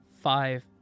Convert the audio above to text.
five